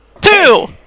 Two